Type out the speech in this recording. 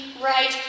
right